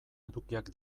edukiak